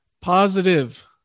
Positive